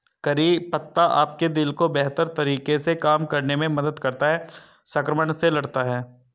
करी पत्ता आपके दिल को बेहतर तरीके से काम करने में मदद करता है, संक्रमण से लड़ता है